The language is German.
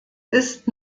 ist